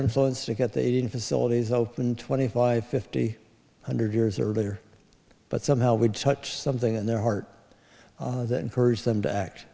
influence to get the aid in facilities open twenty five fifty hundred years earlier but somehow would such something in their heart that encourage them to act